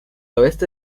oeste